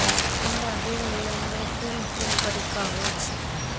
हमरा ऋण लुमू कुन कुन तरीका होचे?